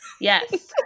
Yes